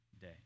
day